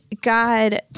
God